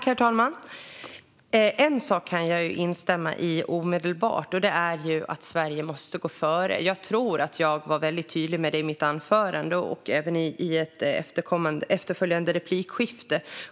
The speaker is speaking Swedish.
Herr talman! En sak kan jag instämma i omedelbart, och det är att Sverige måste gå före. Jag tror att jag var väldigt tydlig med det i mitt anförande och även i ett efterföljande replikskifte.